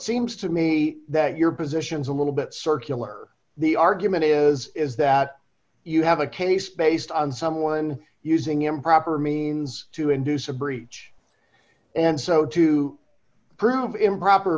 seems to me that your positions a little bit circular the argument is is that you have a case based on someone using improper means to induce a breach and so to prove improper